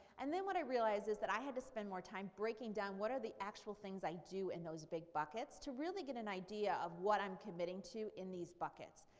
and then what i realized is that i had to spend more time breaking down what are the actual things i do in those big buckets to really get an idea of what i'm committing to in these buckets.